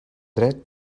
dret